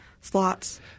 Slots